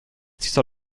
dieser